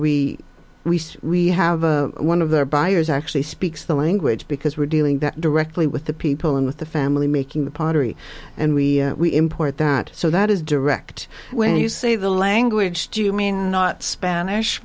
are we have a one of the buyers actually speaks the language because we're dealing that directly with the people and with the family making the pottery and we we import that so that is direct when you say the language do you mean not spanish